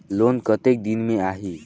Loan कतेक दिन मे आही?